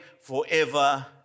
forever